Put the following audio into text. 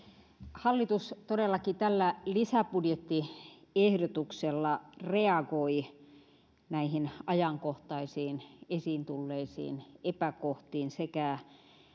hallitus todellakin tällä lisäbudjettiehdotuksella reagoi ajankohtaisiin esiin tulleisiin epäkohtiin sekä